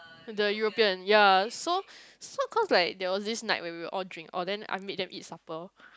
the European ya so so cause like there was this night when we will all drink oh then I meet them eat supper